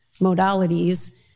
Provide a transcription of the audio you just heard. modalities